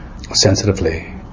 sensitively